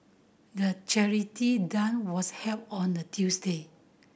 the charity was held on a Tuesday